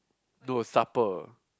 no supper